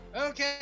Okay